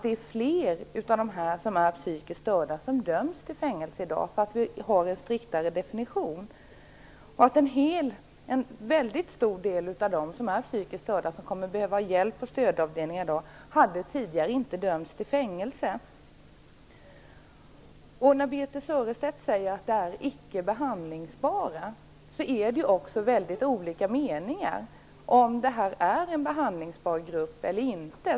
Det är fler av de psykiskt störda som i dag döms till fängelse därför att vi har en striktare definition. En stor del av dem som är psykiskt störda som kommer att behöva hjälp på stödavdelningar hade tidigare inte dömts till fängelse. Birthe Sörestedt talar om att dessa människor är icke behandlingsbara. Men det är väldigt olika meningar om detta är en behandlingsbar grupp eller inte.